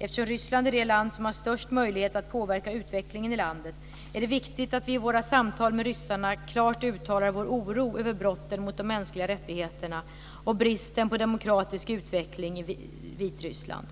Eftersom Ryssland är det land som har störst möjlighet att påverka utvecklingen i landet är det viktigt att vi i våra samtal med ryssarna klart uttalar vår oro över brotten mot de mänskliga rättigheterna och bristen på demokratisk utveckling i Vitryssland.